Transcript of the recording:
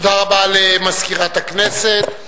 תודה רבה למזכירת הכנסת.